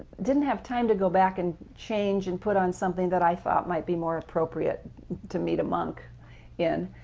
didn't have time to go back and change and put on something that i thought might be more appropriate to meet a monk in.